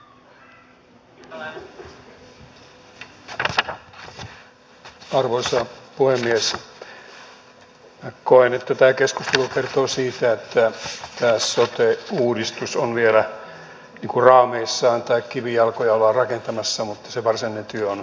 koen että tämä keskustelu kertoo siitä että tämä sote uudistus on vielä raameissaan tai kivijalkoja ollaan rakentamassa mutta se varsinainen työ on edessä